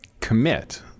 commit